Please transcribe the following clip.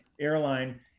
airline